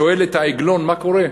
שואל את העגלון, מה קורה?